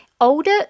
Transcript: older